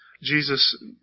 Jesus